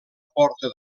porta